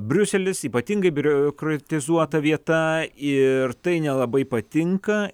briuselis ypatingai biurokratizuota vieta ir tai nelabai patinka